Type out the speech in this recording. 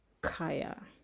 Kaya